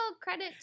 credit